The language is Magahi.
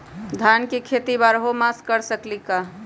धान के खेती बारहों मास कर सकीले का?